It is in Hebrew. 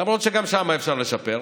למרות שגם שם אפשר לשפר,